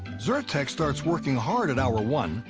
zyrtec starts working hard at hour one.